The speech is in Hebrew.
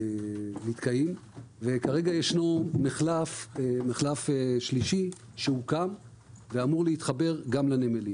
וכרגע יש מחלף שלישי שהוקם ואמור להתחבר גם לנמלים.